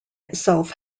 itself